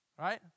Right